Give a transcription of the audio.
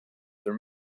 their